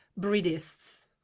breedists